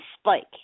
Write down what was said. Spike